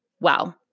Wow